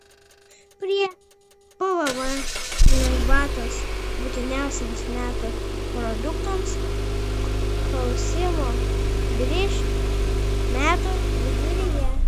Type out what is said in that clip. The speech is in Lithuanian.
prie pvm lengvatos būtiniausiems metų produktams klausimo grįš metų viduryje